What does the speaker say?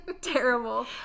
terrible